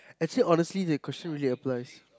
actually honestly the question really applies